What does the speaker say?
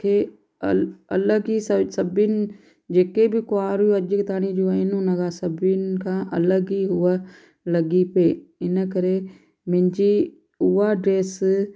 खे अल अलॻि ई सभिनि जेके बि कुंवारियूं अॼु ताईं जूं आहिनि उन खां सभिनीनि खां अलॻि ई हूअ लॻी पई इन करे मुंहिंजी उहा ड्रेस